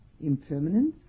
impermanence